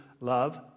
love